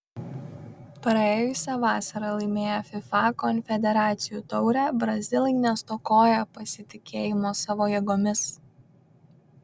praėjusią vasarą laimėję fifa konfederacijų taurę brazilai nestokoja pasitikėjimo savo jėgomis